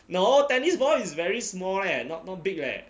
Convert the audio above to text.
no tennis ball is very small eh not not big leh